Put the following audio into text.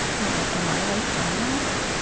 you know? am i like him now?